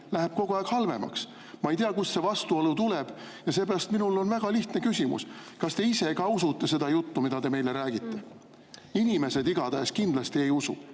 läheb kogu aeg halvemaks. Ma ei tea, kust see vastuolu tuleb, ja seepärast on mul väga lihtne küsimus: kas te ise ka usute seda juttu, mida te meile räägite? Inimesed igatahes kindlasti ei usu.